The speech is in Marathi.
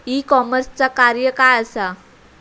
ई कॉमर्सचा कार्य काय असा?